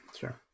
sure